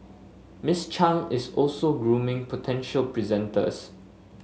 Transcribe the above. Miss Chang is also grooming potential presenters